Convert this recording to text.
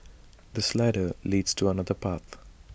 this ladder leads to another path